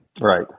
Right